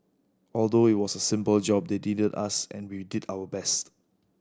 although it was a simple job they deeded us and we did our best